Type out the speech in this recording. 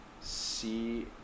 see